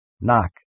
knock